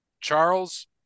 Charles